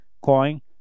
coin